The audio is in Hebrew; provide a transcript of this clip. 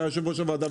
שהיה יושב-ראש הוועדה.